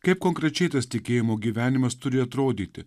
kaip konkrečiai tas tikėjimo gyvenimas turi atrodyti